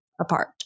apart